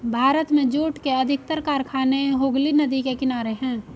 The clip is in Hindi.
भारत में जूट के अधिकतर कारखाने हुगली नदी के किनारे हैं